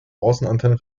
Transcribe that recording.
außenantenne